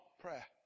prayer